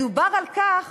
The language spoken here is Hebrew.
מדובר על כך